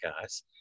guys